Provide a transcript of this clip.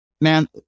man